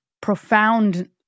profound